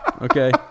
okay